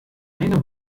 eine